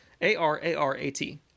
A-R-A-R-A-T